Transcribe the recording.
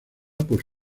por